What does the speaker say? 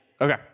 Okay